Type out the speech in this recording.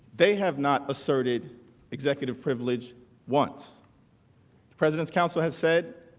they have not asserted executive privilege wants president's council has said